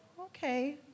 okay